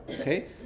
Okay